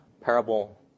parable